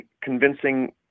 convincing